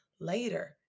later